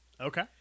Okay